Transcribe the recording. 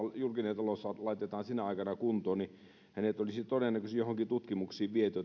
julkinen talous laitetaan sinä aikana kuntoon niin hänet olisi todennäköisesti joihinkin tutkimuksiin viety